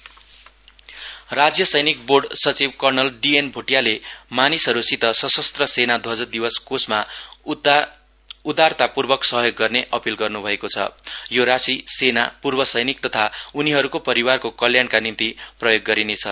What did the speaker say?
राज्य सैनिक बोर्ड राज्य सैनिक बोर्ड सचिव कर्णल डीएन भोटियाले मानिसहरूसित सशस्त्र सेना ध्वज दिवस कोषमा उदारतापूर्वक सहयोग गर्ने अपील गर्नु भएको छ यो राशि सेना पूर्व सैनिक तथा उनीहरूको परिवारको कल्याणका निम्ति प्रयोग गरिनेछ